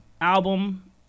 album